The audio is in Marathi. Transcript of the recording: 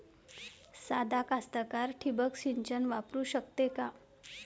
सादा कास्तकार ठिंबक सिंचन वापरू शकते का?